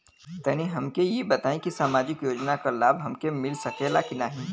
तनि हमके इ बताईं की सामाजिक योजना क लाभ हमके मिल सकेला की ना?